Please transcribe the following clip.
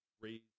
raise